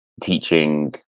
teaching